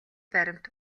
баримт